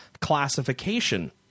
classification